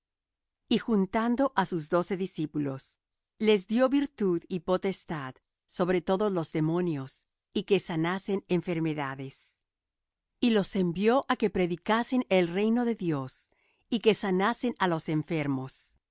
y juntando á sus doce discípulos les dió virtud y potestad sobre todos los demonios y que sanasen enfermedades y los envió á que predicasen el reino de dios y que sanasen á los enfermos